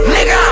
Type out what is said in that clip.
Nigga